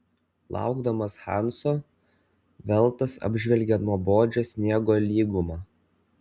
laukdamas hanso veltas apžvelgė nuobodžią sniego lygumą